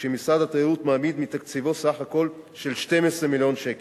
כשמשרד התיירות מעמיד מתקציבו 12 מיליון שקלים,